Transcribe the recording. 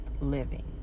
living